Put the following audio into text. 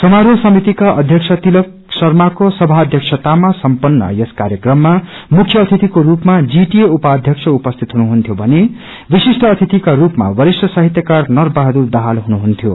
समारोह समितिका अध्यक्ष तिलक शर्माको समध्यक्षतामा सम्पन्न यस कार्यक्रममा मुख्य अतिथिको स्पमा जीटिए उपाध्यक्ष उपस्थिति हुनहुन्थ्यो भने विश्विष्ट अतिथिका रूपमा वरिष्ठ साहितयकार नरबहादुर दाहाल हुनुहन्थ्यो